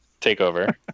TakeOver